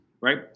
right